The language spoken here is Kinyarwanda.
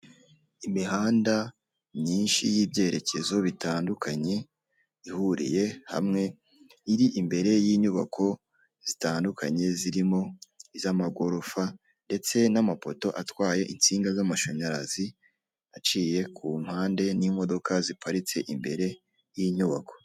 Imihanda myinshi y'ibyerekezo bitandukanye ihuriye hamwe, iri imbere y'inyubako zitandukanye zirimo iz'amagorofa ndetse n'amapoto atwaye insinga z'amashanyarazi aciye ku mpande n'imodoka ziparitse imbere y'inyubako.